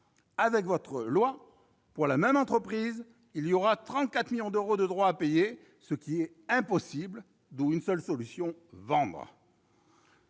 Avec votre loi, pour la même entreprise, il y aura 34 millions d'euros de droits à payer, ce qui est impossible. La seule solution est